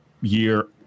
year